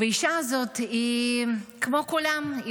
והאישה הזאת היא כמו כולם,